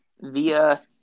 via